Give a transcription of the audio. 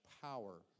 power